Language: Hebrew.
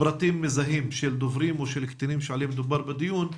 פרטים מזהים של דוברים או של קטינים שעליהם דובר בדיון,